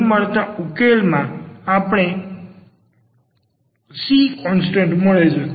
અહીં મળતા ઉકેલમાં આપણે c કોન્સ્ટન્ટ મળે છે